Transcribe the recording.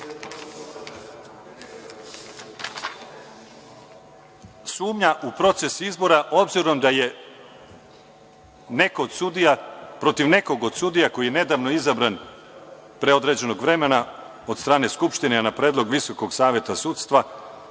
sumnja u proces izbora obzirom da je protiv nekog od sudija koji je nedavno izabran, pre određenog vremena, od strane Skupštine, a na predlog VSS pokrenut